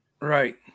Right